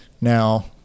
now